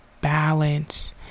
balance